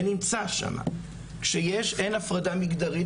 ונמצא שם - כשאין הפרדה מגדרית,